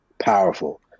powerful